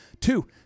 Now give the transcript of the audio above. Two